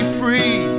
free